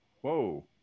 Whoa